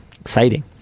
exciting